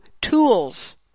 tools